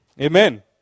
Amen